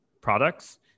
products